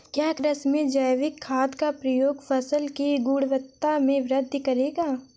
क्या कृषि में जैविक खाद का प्रयोग फसल की गुणवत्ता में वृद्धि करेगा?